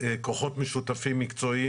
כוחות משותפים מקצועיים,